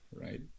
right